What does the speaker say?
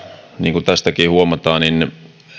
niin kuin tästäkin huomataan ne